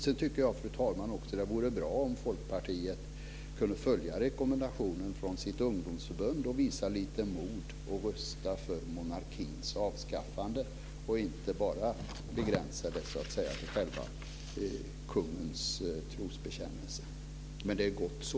Sedan tycker jag, fru talman, att det vore bra om Folkpartiet kunde följa rekommendationen från sitt ungdomsförbund och visa lite mod och rösta för monarkins avskaffande, och inte bara begränsa sig till att ta upp kungens trosbekännelse. Men det är gott så.